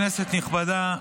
כנסת נכבדה,